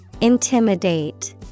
Intimidate